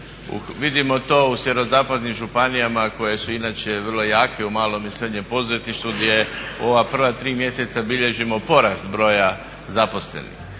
Vidimo to u SZ županijama koje su inače vrlo jake u malom i srednjem poduzetništvu gdje ova prva tri mjeseca bilježimo porast broj zaposlenih.